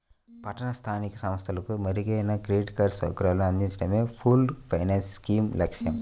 పట్టణ స్థానిక సంస్థలకు మెరుగైన క్రెడిట్ సౌకర్యాలను అందించడమే పూల్డ్ ఫైనాన్స్ స్కీమ్ లక్ష్యం